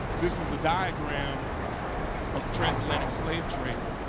this is a diagram of the transatlantic slave trade.